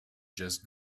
just